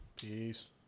Peace